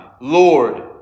Lord